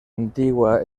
antigua